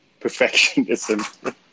perfectionism